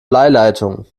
bleileitungen